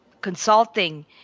consulting